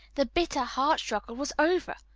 the bitter heart-struggle was over.